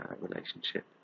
relationship